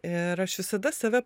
ir aš visada save